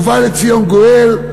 ובא לציון גואל.